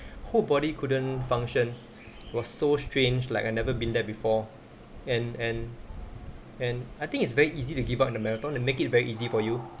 whole body couldn't function was so strange like I never been there before and and and I think it's very easy to give up in the marathon and make it very easy for you